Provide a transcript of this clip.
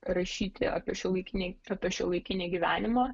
rašyti apie šiuolaikinį apie šiuolaikinį gyvenimą